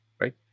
right